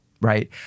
right